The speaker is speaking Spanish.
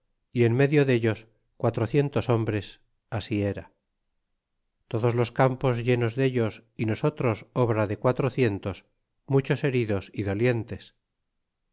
y en medio dellos quatrocientos hombres así era todos los campos llenos dellos y nosotros obra de quatrocientos muchos heridos y dolientes